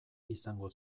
izango